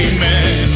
Amen